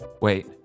Wait